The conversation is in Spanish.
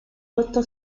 puesto